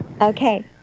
Okay